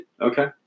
Okay